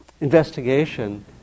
investigation